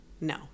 No